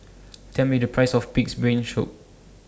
Tell Me The Price of Pig'S Brain shoe